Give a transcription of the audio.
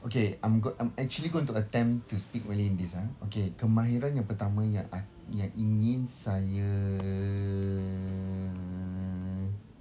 okay I'm go~ I'm actually going to attempt to speak malay in this ah okay kemahiran yang pertama yang ak~ yang ingin saya